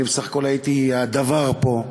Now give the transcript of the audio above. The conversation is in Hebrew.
בסך הכול הייתי הדוור פה,